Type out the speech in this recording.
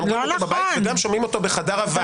גם בבית וגם שומעים אותו בחדר הוועדה.